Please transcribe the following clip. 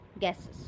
gases